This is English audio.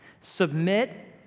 Submit